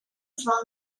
trunk